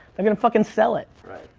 they're gonna fucking sell it. right.